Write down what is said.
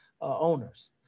owners